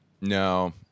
No